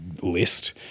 list